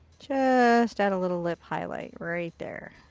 just add a little lip highlight right there.